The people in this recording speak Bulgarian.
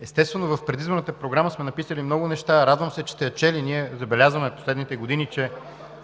Естествено, в Предизборната програма сме написали много неща. Радвам се, че сте я чели. Ние забелязваме в последните години, че